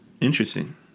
Interesting